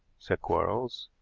said quarles.